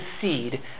seed